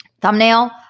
thumbnail